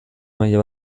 maila